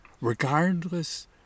regardless